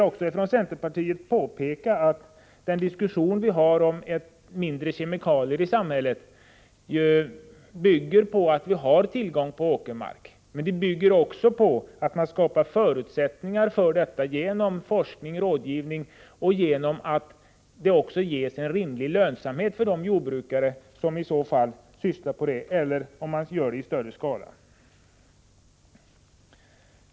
Vi vill från centerpartiet påpeka att förutsättningen för ett mindre kemikalieanvändande i samhället — vilket nu diskuteras — är att vi har tillgång till den åkermark vi nu har. Man måste emellertid också skapa förutsättningar för detta genom forskning och rådgivning och genom att de som driver ett sådant jordbruk i större eller mindre skala ges möjligheter till en rimlig lönsamhet.